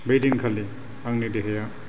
बै दिनखालि आंनि देहाया